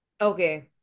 Okay